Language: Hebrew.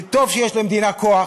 שטוב שיש למדינה כוח,